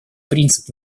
принцип